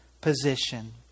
position